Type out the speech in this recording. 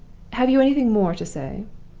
have you anything more to say?